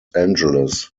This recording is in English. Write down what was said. angeles